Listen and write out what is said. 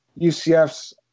UCF's